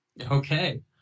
okay